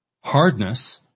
hardness